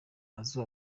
mazu